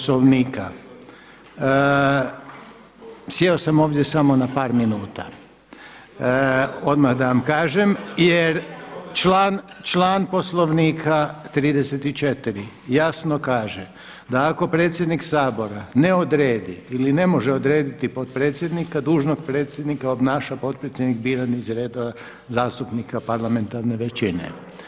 Poslovnika sjeo sam ovdje samo na par minuta, odmah da vam kažem jer član Poslovnika 34. jasno kaže da ako predsjednik Sabora ne odredi ili ne može odrediti potpredsjednika, dužnost predsjednika obnaša potpredsjednik biran iz redova zastupnika parlamentarne većine.